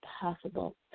possible